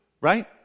right